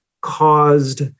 caused